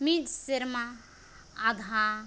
ᱢᱤᱫ ᱥᱮᱨᱢᱟ ᱟᱫᱷᱟ